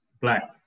black